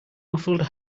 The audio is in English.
muffled